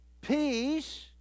peace